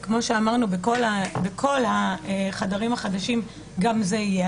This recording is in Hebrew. וכמו שאמרנו בכל החדרים החדשים גם זה יהיה.